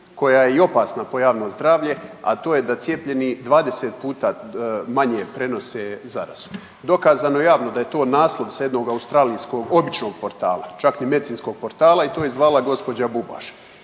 koja je i opasna po javno zdravlje, a to je da cijepljeni 20 puta manje prenose zaraze. Dokazano javno da je to naslov s jednog australijskog običnog portala, čak ni medicinskog portala i to je zvala gospođa Bubaš.